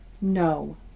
no